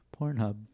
Pornhub